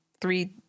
three